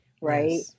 right